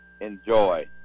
enjoy